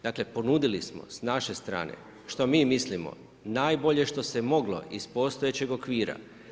Dakle, ponudili smo s naše strane što mi mislimo najbolje što se moglo iz postojećeg okvira.